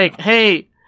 Hey